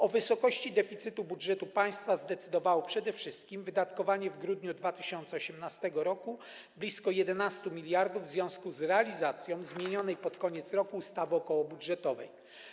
O wysokości deficytu budżetu państwa zdecydowało przede wszystkim wydatkowanie w grudniu 2018 r. blisko 11 mld w związku z realizacja zmienionej pod koniec roku ustawy okołobudżetowej.